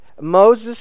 Moses